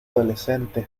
adolescente